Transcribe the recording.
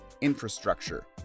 infrastructure